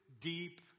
deep